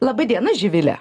laba diena živile